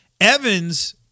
Evans